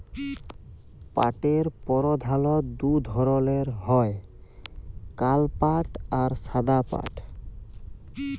পাটের পরধালত দু ধরলের হ্যয় কাল পাট আর সাদা পাট